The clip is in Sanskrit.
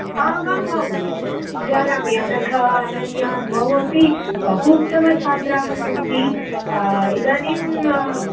आमामां जानामि अनघा अनन्या द्वौ अपि बहु उत्तमछात्राः सन्ति इदानीं